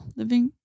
living